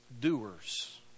doers